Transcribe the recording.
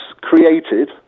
created